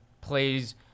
plays